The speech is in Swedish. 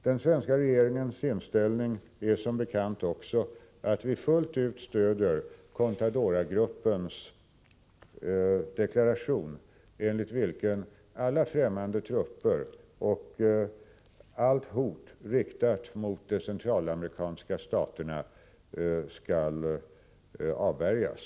Den svenska regeringens inställning är som bekant också att vi fullt ut stöder Contadoragruppens deklaration, enligt vilken alla främmande trupper och allt hot riktat mot de centralamerikanska staterna skall avvärjas.